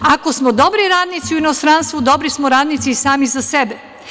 Ako smo dobri radnici u inostranstvu, dobri smo radnici i sami za sebe.